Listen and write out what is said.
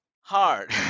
hard